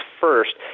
first